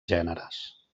gèneres